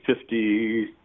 fifty